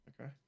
Okay